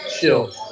chill